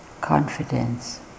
confidence